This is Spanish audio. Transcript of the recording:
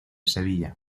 sevilla